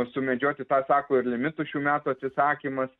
sumedžioti tą sako ir limitų šių metų atsisakymas